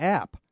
app